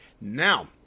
now